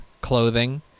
clothing